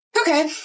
Okay